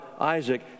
Isaac